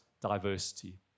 diversity